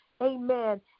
Amen